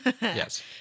Yes